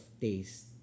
taste